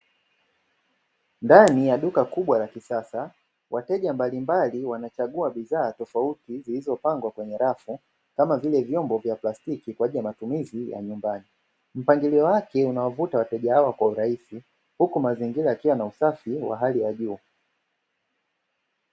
Ndani ya duka kubwa la kisasa wateja mbalimbali wanachaguwa bidhaa tofauti, zilizopangwa kwenye rafu kama vile vyombo vya plastiki kwa ajili ya matuzi mbalimbali mpangilo wake unaovuta wateja wao kwa urahisi huku mazingira yakiwa kwa usafi wa hali ya juu.